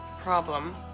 problem